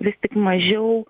vis tik mažiau